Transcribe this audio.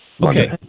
Okay